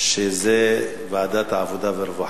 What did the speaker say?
שזה ועדת העבודה והרווחה.